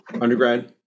undergrad